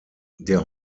der